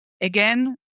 Again